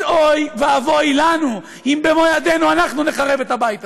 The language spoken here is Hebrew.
אז אוי ואבוי לנו אם במו-ידינו אנחנו נחרב את הבית הזה.